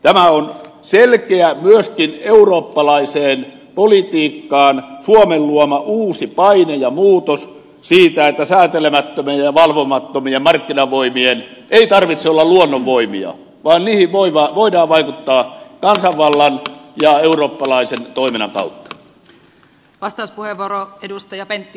tämä on myöskin selkeä suomen eurooppalaiseen politiikkaan luoma uusi paine ja muutos niin että säätelemättömien ja valvomattomien markkinavoimien ei tarvitse olla luonnonvoimia vaan niihin voidaan vaikuttaa kansanvallan ja eurooppalaisen toiminnan kautta